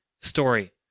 story